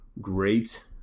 great